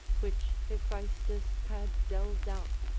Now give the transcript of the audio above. which hephaestus had delved out.